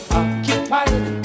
occupied